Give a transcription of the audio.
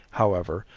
however,